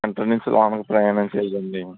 కంటిన్యుస్గా లోపలకి ప్రయాణం చెయ్యదండి